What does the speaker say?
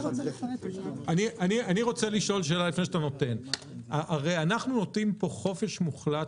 אני רוצה לשאול שאלה: הרי אנחנו נותנים פה חופש מוחלט